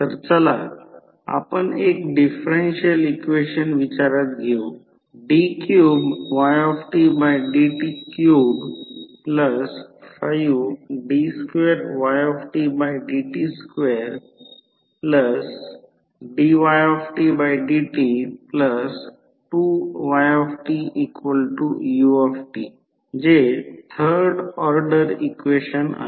तर चला आपण एक डिफरेन्शियल इक्वेशन विचारात घेऊ d3ydt35d2ydt2dydt2ytu जे थर्ड ऑर्डर इक्वेशन आहे